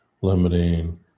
limiting